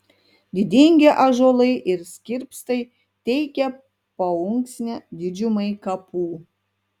didingi ąžuolai ir skirpstai teikė paunksnę didžiumai kapų